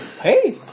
Hey